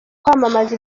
kwamamaza